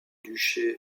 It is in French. duché